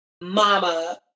mama